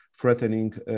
threatening